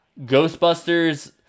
Ghostbusters